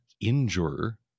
injure